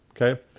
okay